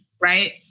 right